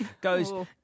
goes